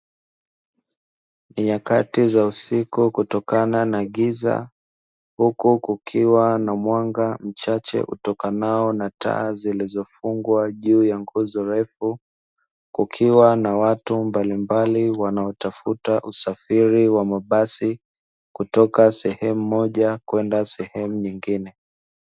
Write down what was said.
Nyakati za usiku kutokana na giza huku kukiwa na mwanga mchache utokanao na taa zilizofungwa juu ya nguzo refu, kukiwa na watu mbalimbali wanaotafuta usafiri wa mabasi kutoka sehemu moja kwenda sehemu nyingine.